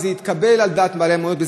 וזה התקבל על דעת בעלי המוניות,